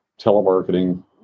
telemarketing